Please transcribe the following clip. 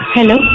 Hello